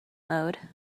mode